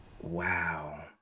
Wow